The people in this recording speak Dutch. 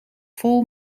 vol